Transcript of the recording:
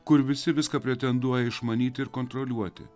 kur visi viską pretenduoja išmanyti ir kontroliuoti